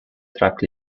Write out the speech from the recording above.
track